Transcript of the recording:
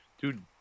Dude